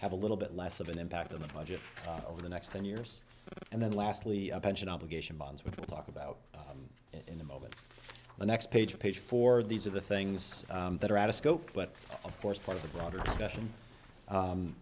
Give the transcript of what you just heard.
have a little bit less of an impact on the budget over the next ten years and then lastly pension obligation bonds which we'll talk about in a moment the next page of page four these are the things that are out of scope but of course part of the broader discussion